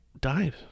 died